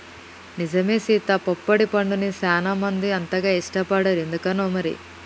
నిజమే సీత పొప్పడి పండుని సానా మంది అంతగా ఇష్టపడరు ఎందుకనో మరి